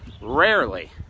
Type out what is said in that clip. Rarely